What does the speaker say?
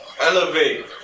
Elevate